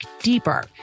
deeper